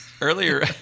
earlier